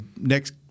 next